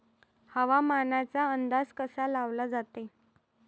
हवामानाचा अंदाज कसा लावला जाते?